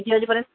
किती वाजेपर्यंत